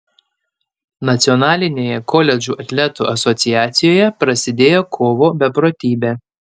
nacionalinėje koledžų atletų asociacijoje prasidėjo kovo beprotybė